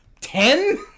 Ten